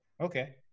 Okay